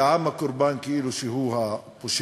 והעם הקורבן, כאילו הוא הפושע.